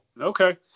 Okay